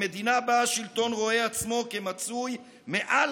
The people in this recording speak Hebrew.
למדינה שבה השלטון רואה עצמו כמצוי מעל